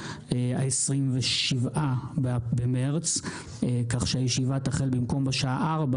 הקרוב, מחר, בשעה 09:00 בבוקר.